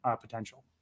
potential